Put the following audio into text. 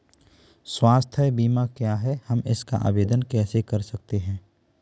स्वास्थ्य बीमा क्या है हम इसका आवेदन कैसे कर सकते हैं?